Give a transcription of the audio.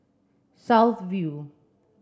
South View